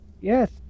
Yes